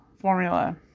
formula